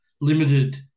limited